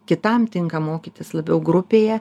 kitam tinka mokytis labiau grupėje